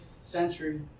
century